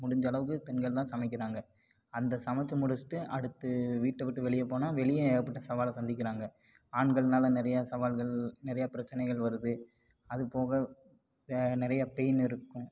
முடிஞ்ச அளவுக்கு பெண்கள் தான் சமைக்கிறாங்க அந்த சமைச்சு முடிச்சிவிட்டு அடுத்து வீட்டை விட்டு வெளியே போனால் வெளியேயும் ஏகப்பட்ட சவாலை சந்திக்கிறாங்க ஆண்கள்னால சவால்கள் நிறையா பிரச்சனைகள் வருது அதுப்போக நிறைய பெயின் இருக்கும்